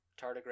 tardigrade